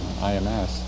IMS